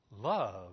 Love